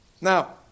Now